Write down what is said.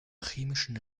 chemischen